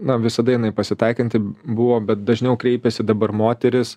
na visada jinai pasitaikanti buvo bet dažniau kreipiasi dabar moterys